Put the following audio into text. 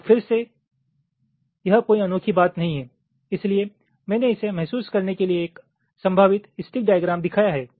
अब फिर से यह कोई अनोखी बात नहीं है इसलिए मैंने इसे महसूस करने के लिए एक संभावित स्टिक डाईग्राम दिखाया है